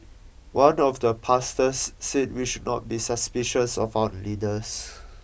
one of the pastors said we should not be suspicious of our leaders